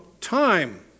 time